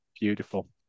Beautiful